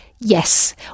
Yes